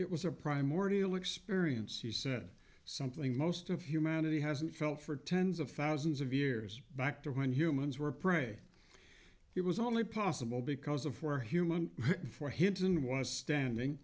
it was a primordial experience he said something most of humanity hasn't felt for tens of thousands of years back to when humans were prey it was only possible because of where human for hinton was standing